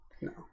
No